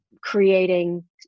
creating